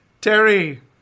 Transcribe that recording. Terry